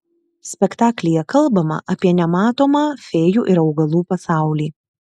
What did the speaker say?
spektaklyje kalbama apie nematomą fėjų ir augalų pasaulį